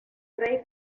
rey